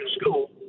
school